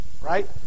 Right